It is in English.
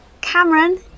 Cameron